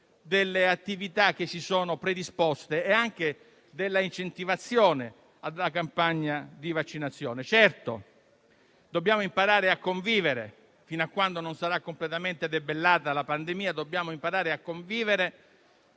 delle attività che si sono predisposte e anche dell'incentivazione alla campagna vaccinale. Certo, fino a quando non sarà completamente debellata la pandemia, dovremo imparare a convivere